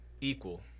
Equal